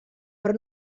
però